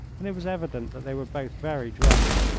and it was evident that they were both very drunk.